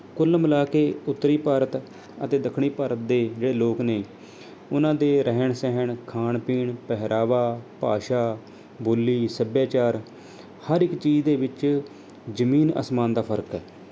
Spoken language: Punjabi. ਕੁੱਲ ਮਿਲਾ ਕੇ ਉੱਤਰੀ ਭਾਰਤ ਅਤੇ ਦੱਖਣੀ ਭਾਰਤ ਦੇ ਜਿਹੜੇ ਲੋਕ ਨੇ ਉਹਨਾਂ ਦੇ ਰਹਿਣ ਸਹਿਣ ਖਾਣ ਪੀਣ ਪਹਿਰਾਵਾ ਭਾਸ਼ਾ ਬੋਲੀ ਸੱਭਿਆਚਾਰ ਹਰ ਇੱਕ ਚੀਜ਼ ਦੇ ਵਿੱਚ ਜ਼ਮੀਨ ਅਸਮਾਨ ਦਾ ਫਰਕ ਹੈ